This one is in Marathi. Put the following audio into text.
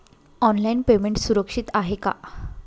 ऑनलाईन पेमेंट सुरक्षित आहे का?